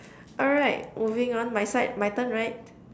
alright moving on my side my turn right